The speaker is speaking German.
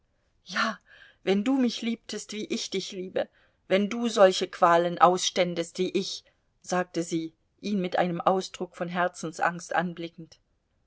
ja wenn du mich liebtest wie ich dich liebe wenn du solche qualen ausständest wie ich sagte sie ihn mit einem ausdruck von herzensangst anblickend